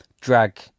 drag